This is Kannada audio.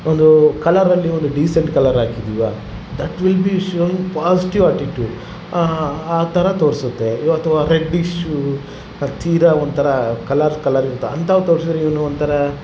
ಒಂದು ಕಲರಲ್ಲಿ ಒಂದು ಡಿಸೆಂಟ್ ಕಲ್ಲರ್ ಹಾಕಿದೀವ that will be shown positive attitude ಆ ಥರ ತೋರಿಸುತ್ತೆ ಈವಾಗ ಅಥವಾ ರೆಡ್ಡಿಷು ತೀರ ಒಂಥರ ಕಲರ್ ಕಲರ್ ಇರ್ತ ಅಂಥವ್ ತೋರ್ಸಿರೆ ಇವನು ಒಂಥರ